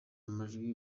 amajwi